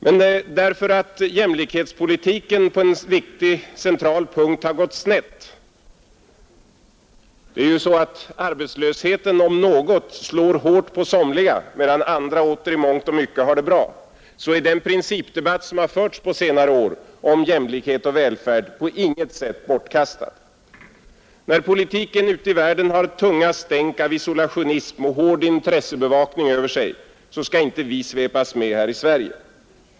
Men därför att jämlikhetspolitiken på en central punkt gått snett — arbetslösheten, om något, slår hårt på somliga medan andra åter i mångt och mycket har det bra — så är den principdebatt som förts på senare år om jämlikhet och välfärd på intet sätt bortkastad. När politiken ute i världen har tunga stänk av isolationism och hård intressebevakning över sig skall vi inte svepas med här i Sverige.